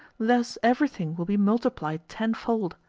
thus everything will be multiplied tenfold.